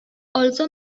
also